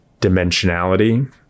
dimensionality